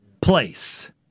place